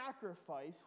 sacrifice